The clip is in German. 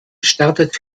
startet